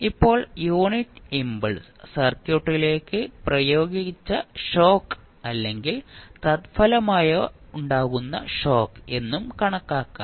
ഇപ്പോൾ unit impulse സർക്യൂട്ടിലേക്ക് പ്രയോഗിച്ച ഷോക്ക് അല്ലെങ്കിൽ തത്ഫലമായുണ്ടാകുന്ന ഷോക്ക് എന്നും കണക്കാക്കാം